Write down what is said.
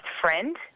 friend